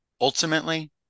ultimately